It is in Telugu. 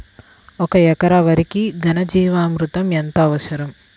ఒక ఎకరా వరికి ఘన జీవామృతం ఎంత అవసరం?